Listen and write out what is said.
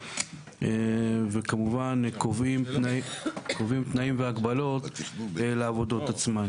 וכמובן קובעים תנאים והגבלות לעבודות עצמן.